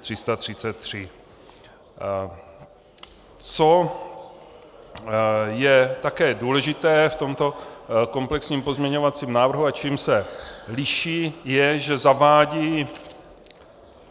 Co je také důležité v tomto komplexním pozměňovacím návrhu a čím se liší, je, že zavádí